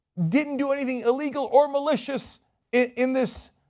didn't do anything illegal or malicious in this